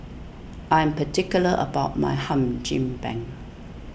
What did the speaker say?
I am particular about my Hum Chim Peng